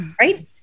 right